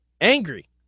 Angry